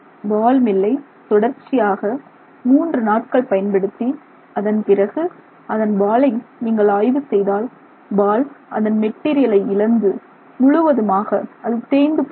பால் மில்லை தொடர்ச்சியாக மூன்று நாட்கள் பயன்படுத்தி அதன் பிறகு அதன் பாலை நீங்கள் ஆய்வு செய்தால் பால் அதன் மெட்டீரியாலி இழந்து முழுவதுமாக அது தேய்ந்து போய் விடும்